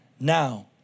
Now